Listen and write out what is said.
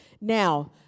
Now